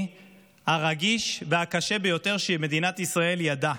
הרגיש והקשה ביותר שמדינת ישראל ידעה.